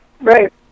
Right